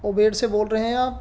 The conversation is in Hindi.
उबेर से बोल रहे हैं आप